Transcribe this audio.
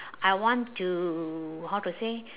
I want to how to say